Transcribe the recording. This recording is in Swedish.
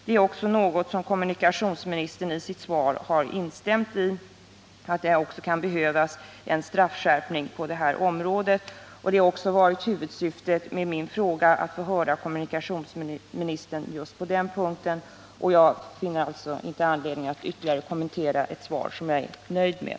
Det är också något som kommunikationsministern i sitt svar har instämt i — att det kan behövas en straffskärpning på det här området. Det har också varit huvudsyftet med min fråga att få höra kommunikationsministerns uppfattning just på den punkten. Jag finner inte anledning att ytterligare kommentera ett svar som jag är nöjd med.